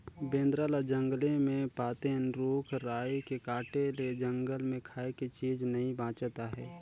बेंदरा ल जंगले मे पातेन, रूख राई के काटे ले जंगल मे खाए के चीज नइ बाचत आहे